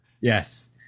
Yes